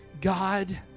God